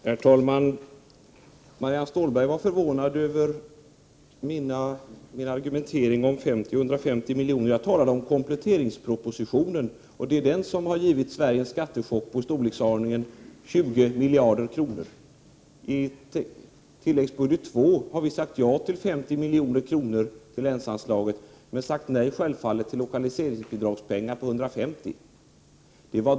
Herr talman! Marianne Stålberg var förvånad över min argumentering om 150 milj.kr. Jag talade om kompletteringspropositionen. Det är den som har givit Sverige en skattechock i storleksordningen 20 miljarder kronor. Vi har sagt ja till att 50 milj.kr. anvisas på tilläggsbudget II till länsanslaget men självfallet sagt nej till lokaliseringsbidrag om 150 miljoner.